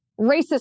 racist